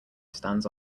stands